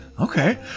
Okay